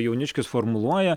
jauniškis formuluoja